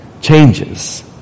changes